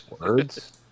Words